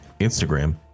Instagram